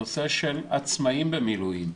הנושא של עצמאים במילואים.